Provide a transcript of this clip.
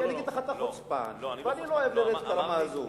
אני לא אוהב לרדת לרמה הזאת.